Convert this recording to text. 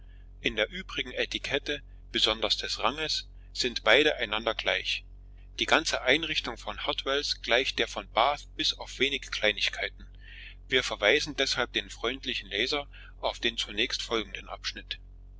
in der übrigen etikette besonders des ranges sind beide einander gleich die ganze einrichtung von hotwells gleicht der von bath bis auf wenige kleinigkeiten wir verweisen deshalb den freundlichen leser auf den zunächst folgenden abschnitt